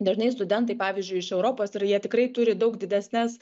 dažnai studentai pavyzdžiui iš europos ir jie tikrai turi daug didesnes